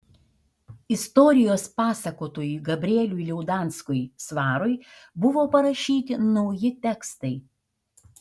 istorijos pasakotojui gabrieliui liaudanskui svarui buvo parašyti nauji tekstai